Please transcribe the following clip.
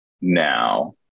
now